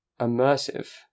immersive